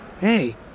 Hey